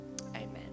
Amen